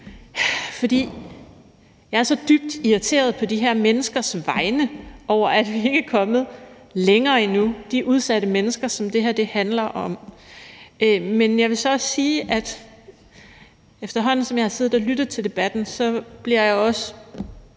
for jeg er så dybt irriteret på de her menneskers vegne over, at vi ikke er kommet længere med hensyn til de udsatte mennesker, som det her handler om. Men jeg vil så også sige, at efterhånden som jeg har siddet og lyttet til debatten, bliver jeg også